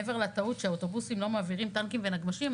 מעבר לטעות שאוטובוסים לא מעבירים טנקים ונגמ"שים,